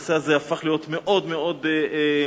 הנושא הזה הפך להיות מאוד מאוד תקשורתי,